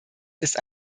ist